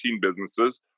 businesses